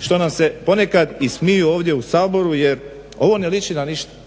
što nam se ponekad i smiju ovdje u Saboru jer ovo ne liči na ništa.